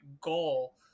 goal